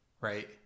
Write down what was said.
Right